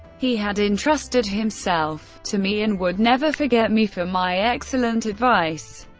he had entrusted himself to me and would never forget me for my excellent advice.